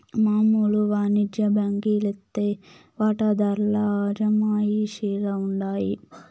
మామూలు వానిజ్య బాంకీ లైతే వాటాదార్ల అజమాయిషీల ఉండాయి